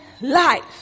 life